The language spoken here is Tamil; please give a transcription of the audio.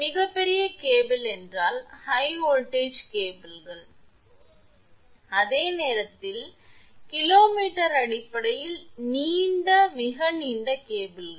மிக பெரிய கேபிள் என்றால் ஹை வோல்ட்டேஜ் கேபிள்கள் அதே நேரத்தில் கிலோ மீட்டர் அடிப்படையில் நீண்ட மிக நீண்ட கேபிள்கள்